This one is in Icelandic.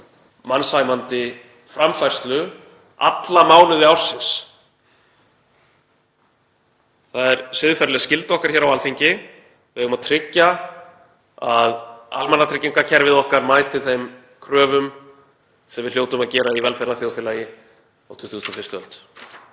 mannsæmandi framfærslu alla mánuði ársins. Það er siðferðileg skylda okkar hér á Alþingi. Við eigum að tryggja að almannatryggingakerfið okkar mæti þeim kröfum sem við hljótum að gera í velferðarþjóðfélagi á 21.